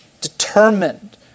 determined